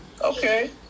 Okay